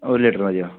ഒര് ലിറ്ററ് മതിയോ